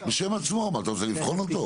מה, אתה רוצה לבחון אותו?